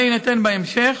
המענה יינתן בהמשך,